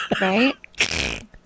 Right